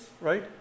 right